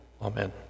amen